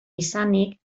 izanik